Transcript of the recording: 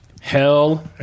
Hell